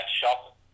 shop